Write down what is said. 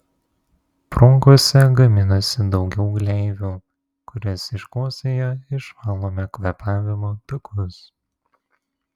bronchuose gaminasi daugiau gleivių kurias iškosėję išvalome kvėpavimo takus